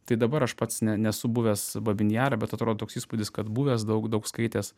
tai dabar aš pats ne nesu buvęs babyn jare bet atrodo toks įspūdis kad buvęs daug daug skaitęs